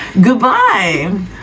Goodbye